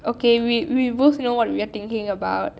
okay we we both know what we're thinking about